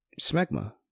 smegma